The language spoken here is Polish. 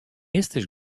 jesteś